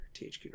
THQ